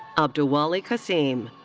abdulwali kasim.